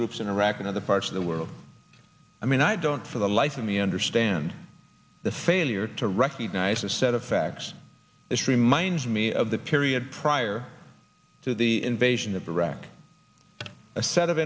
groups in iraq and other parts of the world i mean i don't for the life of me understand the failure to recognize a set of facts this reminds me of the period prior to the invasion of iraq a set of